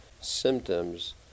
symptoms